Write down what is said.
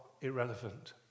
irrelevant